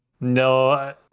No